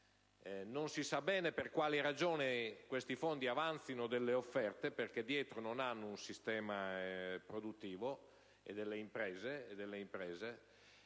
(non si sa bene infatti per quali ragioni questi fondi avanzino delle offerte, visto che dietro non hanno un sistema produttivo e delle imprese),